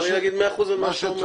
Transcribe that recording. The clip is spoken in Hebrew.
מאה אחוז.